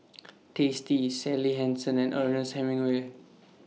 tasty Sally Hansen and Ernest Hemingway